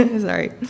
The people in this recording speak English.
Sorry